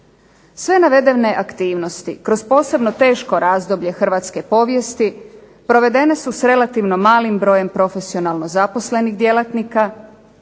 Sve navedene aktivnosti kroz posebno teško razdoblje hrvatske povijesti provedene su s relativno malim brojem profesionalno zaposlenih djelatnika